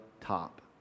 top